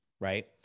right